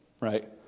right